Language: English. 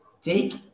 take